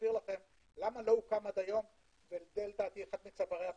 לכם למה לא הוקם עד היום וזה לדעתי אחד מצווארי הבקבוק,